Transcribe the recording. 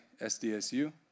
SDSU